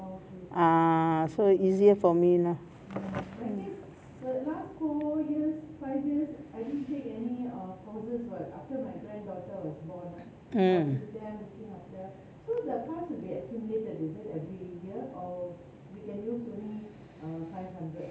ah so easier for me lah mm